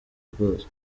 rwose